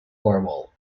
orwell